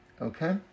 okay